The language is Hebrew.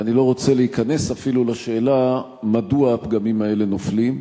ואני לא רוצה להיכנס אפילו לשאלה מדוע הפגמים האלה נופלים,